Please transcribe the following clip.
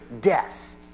death